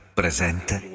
presente